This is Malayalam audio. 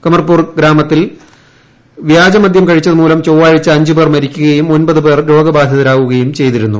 കമർപൂർ ഗ്രാമത്തിൽ വൃാജമദൃം കഴിച്ചതു മൂലം ചൊവ്വാഴ്ച അഞ്ചുപേർ മരിക്കുകയും ഒൻപത് പേർ രോഗബാധിതരാവുകയും ചെയ്തിരുന്നു